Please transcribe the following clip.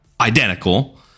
identical